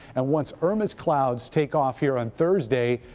and once irma's clouds take off here on thursday,